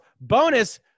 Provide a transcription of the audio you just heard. bonus